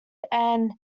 aaron